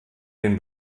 den